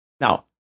Now